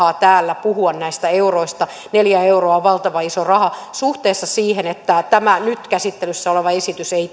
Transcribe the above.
täällä puhua näistä euroista neljä euroa on valtavan iso raha suhteessa siihen että tämä nyt käsittelyssä oleva esitys ei